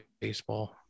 baseball